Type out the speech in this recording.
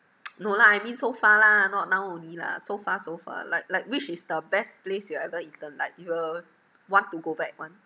no lah I mean so far lah not now only lah so far so far like like which is the best place you've ever eaten like you will want to go back [one]